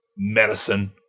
Medicine